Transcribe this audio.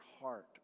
heart